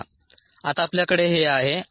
Time min 5 15 35 75 S mM 18